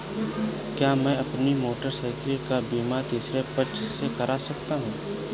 क्या मैं अपनी मोटरसाइकिल का बीमा तीसरे पक्ष से करा सकता हूँ?